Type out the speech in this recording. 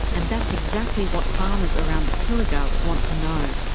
and that's exactly what farmers around the pilliga want to know.